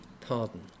pardon